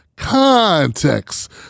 Context